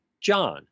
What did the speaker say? John